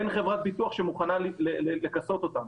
אין חברת ביטוח שמוכנה לכסות אותנו.